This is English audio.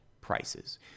prices